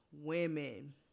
women